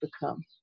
become